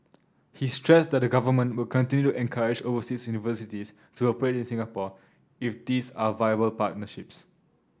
he stressed that the Government will continue encourage overseas universities to operate in Singapore if these are viable partnerships